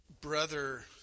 brother